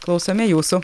klausome jūsų